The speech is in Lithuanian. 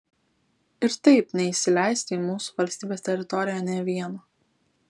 ir taip neįsileisti į mūsų valstybės teritoriją nė vieno